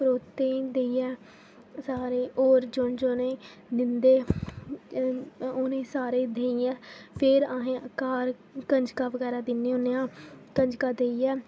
परौह्तें ई देइयै सारे होर जोनें जोनें दिंदे उ'नें सारें ई देइयै फिर आहें घर कंजकां बगैरा दिन्नें होने आं कंजकां देइयै